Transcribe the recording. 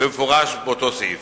במפורש באותו סעיף.